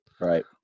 Right